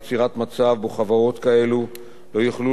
יצירת מצב שבו חברות כאלה לא יוכלו